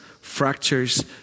fractures